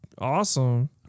awesome